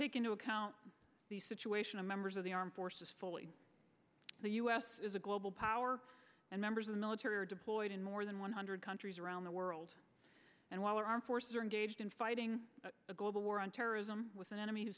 take into account the situation of members of the armed forces fully the u s is a global power and members of the military are deployed in more than one hundred countries around the world and while our armed forces are engaged in fighting the global war on terrorism with an enemy who